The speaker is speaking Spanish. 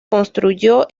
construyó